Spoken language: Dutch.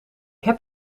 heb